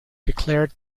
declared